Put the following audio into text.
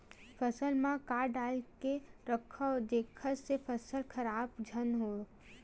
फसल म का डाल के रखव जेखर से फसल खराब झन हो?